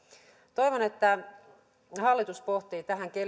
toivon että hallitus pohtii tähän